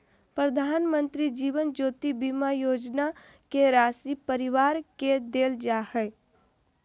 प्रधानमंत्री जीवन ज्योति बीमा योजना के राशी परिवार के देल जा हइ